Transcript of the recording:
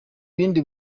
bindi